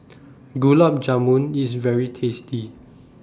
Gulab Jamun IS very tasty